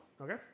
Okay